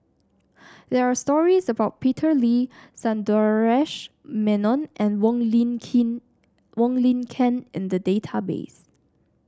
there are stories about Peter Lee Sundaresh Menon and Wong Lin Kin Wong Lin Ken in the database